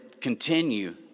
continue